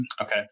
Okay